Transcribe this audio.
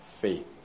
faith